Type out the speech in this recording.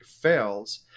fails